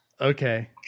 Okay